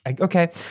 okay